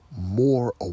more